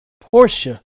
Portia